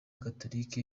gatolika